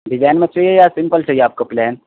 design میں چاہیے یا سمپل چاہیے آپ کو پلین